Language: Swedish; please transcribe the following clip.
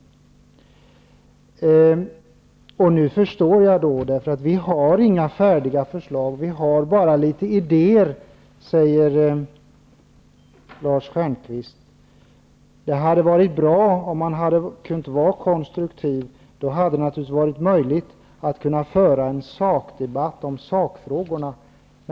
Lars Stjernkvist säger: Vi har inga färdiga förslag, vi har bara litet idéer. Det hade varit bra om Socialdemokraterna hade varit konstruktiva. Då hade det naturligtvis varit möjligt att föra en sakdebatt om sakfrågorna.